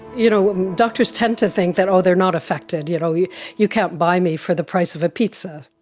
you know doctors tend to think that oh they're not affected. you know you you can't buy me for the price of a pizza'.